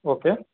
okay